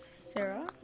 Sarah